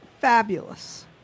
fabulous